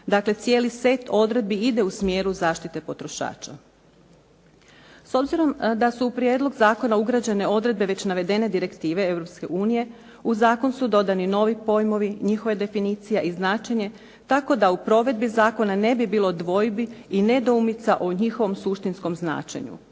Dakle, cijeli set odredbi ide u smjeru zaštite potrošača. S obzirom da su u prijedlog zakona ugrađene odredbe već navedene direktive Europske unije u zakon su dodani novi pojmovi, njihove definicije i značenje tako da u provedbi zakona ne bi bilo dvojbi i nedoumica o njihovom suštinskom značenju.